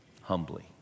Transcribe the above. humbly